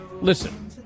Listen